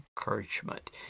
encouragement